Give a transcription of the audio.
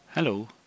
Hello